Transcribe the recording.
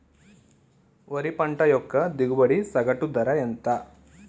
వరి పంట యొక్క దిగుబడి సగటు ధర ఎంత?